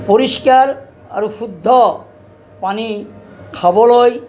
পৰিষ্কাৰ আৰু শুদ্ধ পানী খাবলৈ